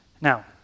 Now